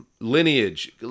Lineage